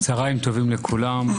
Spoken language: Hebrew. צוהריים טובים לכולם.